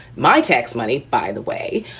my tax money, by the way.